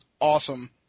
awesome